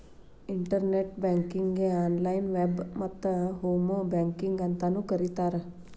internet ಬ್ಯಾಂಕಿಂಗಗೆ online web ಮತ್ತ home banking ಅಂತಾನೂ ಕರಿತಾರ